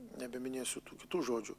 nebeminėsiu tų kitų žodžių